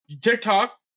tiktok